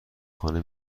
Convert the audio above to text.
خانه